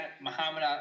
Muhammad